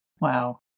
Wow